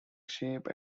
shape